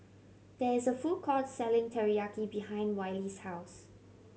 there is a food court selling Teriyaki behind Wiley's house